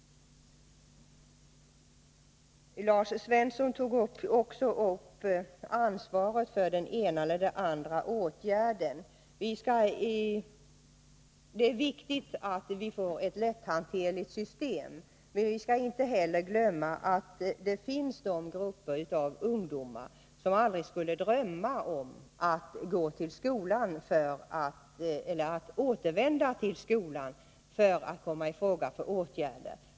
Lars Svensson tog också upp ansvaret för den ena eller den andra åtgärden. Det är viktigt att vi får ett lätthanterligt system, men vi skall heller inte glömma att det finns grupper av ungdomar som aldrig skulle drömma om att återvända till skolan för att komma i fråga för åtgärder.